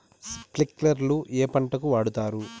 స్ప్రింక్లర్లు ఏ పంటలకు వాడుతారు?